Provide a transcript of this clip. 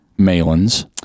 Malin's